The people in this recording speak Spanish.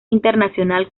internacional